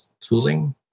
tooling